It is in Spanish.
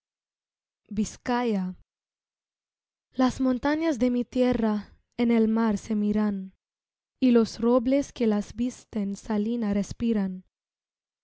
vizcaya las montañas de mi tierra en el mar se miran y los robles que las visten salina respiran